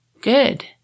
good